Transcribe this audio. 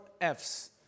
F's